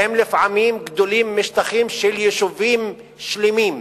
שהם לפעמים גדולים משטחים של יישובים שלמים.